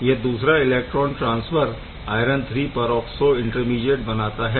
यह दूसरा electron transfer iron III peroxo intermediate बनाता है